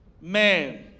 man